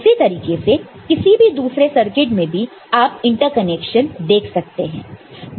उसी तरीके से किसी भी दूसरे सर्किट में भी आप इंटरकनेक्शन देख सकते हैं